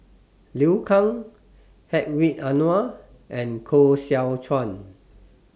Liu Kang Hedwig Anuar and Koh Seow Chuan